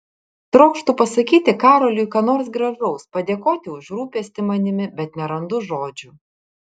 trokštu pasakyti karoliui ką nors gražaus padėkoti už rūpestį manimi bet nerandu žodžių